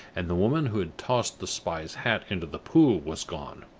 and the woman who had tossed the spy's hat into the pool was gone.